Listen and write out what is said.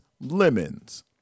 lemons